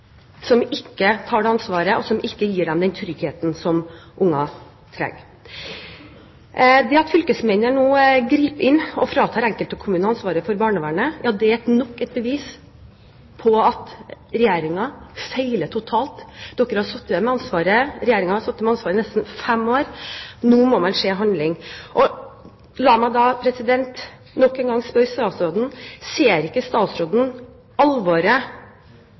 som ikke tar det ansvaret, og ikke gir dem den tryggheten som barn trenger. Det at fylkesmennene nå griper inn og fratar enkelte kommuner ansvaret for barnevernet, er nok et bevis på at Regjeringen feiler totalt. Regjeringen har sittet med ansvaret i nesten fem år, nå må man se handling. La meg nok en gang spørre statsråden: Ser han ikke alvoret